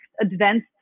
advanced